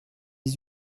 dix